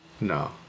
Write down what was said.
No